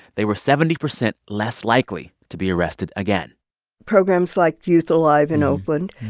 they were seventy percent less likely to be arrested again programs like youth alive! in oakland,